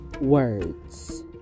words